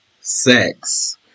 sex